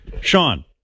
Sean